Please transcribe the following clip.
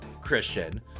christian